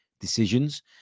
decisions